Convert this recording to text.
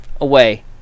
away